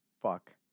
fuck